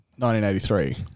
1983